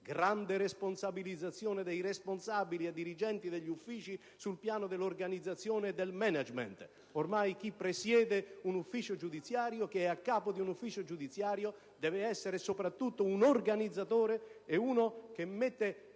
grande responsabilizzazione dei responsabili e dei dirigenti degli uffici sul piano dell'organizzazione e del *management*: ormai chi è a capo di un ufficio giudiziario deve essere soprattutto un organizzatore, che mette